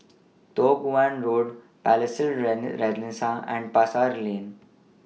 Toh Guan Road Palais Renaissance and Pasar Lane